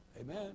amen